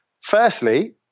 Firstly